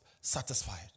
satisfied